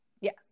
Yes